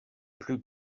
plus